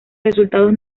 resultados